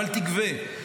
אבל תגבה.